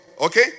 okay